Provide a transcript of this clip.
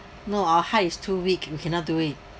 no our heart is too weak we cannot do it